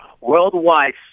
Worldwide